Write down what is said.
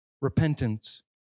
repentance